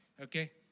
Okay